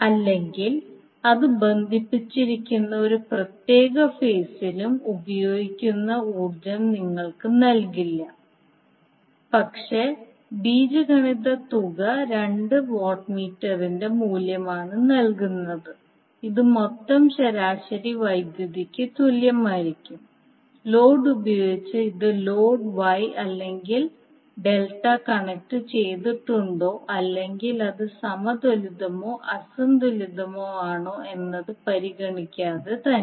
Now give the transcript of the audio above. അല്ലെങ്കിൽ അത് ബന്ധിപ്പിച്ചിരിക്കുന്ന ഒരു പ്രത്യേക ഫേസിലും ഉപയോഗിക്കുന്ന ഊർജ്ജം നിങ്ങൾക്ക് നൽകില്ല പക്ഷേ ബീജഗണിത തുക രണ്ട് വാട്ട് മീറ്ററിന്റെ മൂല്യമാണ് നൽകുന്നത് ഇത് മൊത്തം ശരാശരി വൈദ്യുതിക്ക് തുല്യമായിരിക്കും ലോഡ് ഉപയോഗിച്ച് ഇത് ലോഡ് വൈ അല്ലെങ്കിൽ ഡെൽറ്റ കണക്റ്റുചെയ്തിട്ടുണ്ടോ അല്ലെങ്കിൽ അത് സമതുലിതമോ അസന്തുലിതമോ ആണോ എന്നത് പരിഗണിക്കാതെ തന്നെ